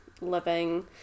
living